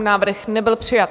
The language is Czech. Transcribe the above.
Návrh nebyl přijat.